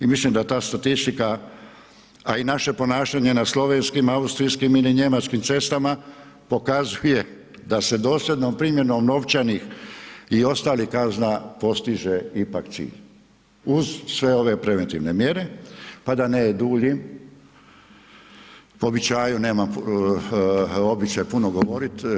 I mislim da ta statistika a i naše ponašanje na slovenskim, austrijskim ili njemačkim cestama pokazuje da se dosljednom primjenom novčanih i ostalih kazna postiže ipak cilj uz sve ove preventivne mjere pa da ne duljim, po običaju nemam običaj puno govoriti.